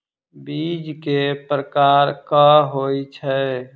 बीज केँ प्रकार कऽ होइ छै?